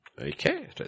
Okay